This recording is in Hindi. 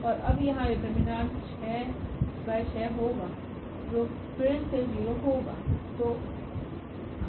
और अब यहाँ डिटरमिनेंट 6 6 होगा जो फिर से 0 होगा